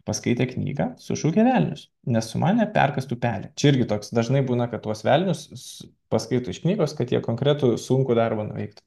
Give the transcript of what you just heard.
paskaitė knygą sušaukė velnius nes sumanė perkąst upelį čia irgi toks dažnai būna kad tuos velnius paskaito iš knygos kad jie konkretų sunkų darbą nuveiktų